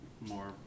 more